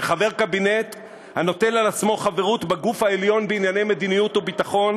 שחבר קבינט הנוטל על עצמו חברות בגוף העליון בענייני מדיניות וביטחון